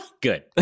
good